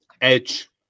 Edge